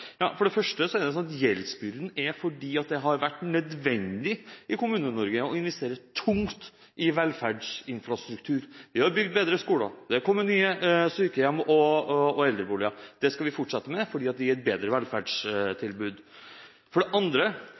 For det første til gjeldsbyrden: Det har vært nødvendig i Kommune-Norge å investere tungt i velferdsinfrastruktur. Vi har bygd bedre skoler, det har blitt nye sykehjem og eldreboliger. Det skal vi fortsette med, for det gir et bedre velferdstilbud. For det andre